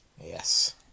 Yes